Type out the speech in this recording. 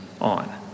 on